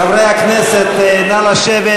חברי הכנסת, נא לשבת.